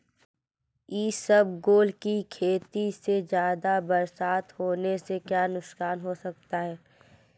इसबगोल की खेती में ज़्यादा बरसात होने से क्या नुकसान हो सकता है?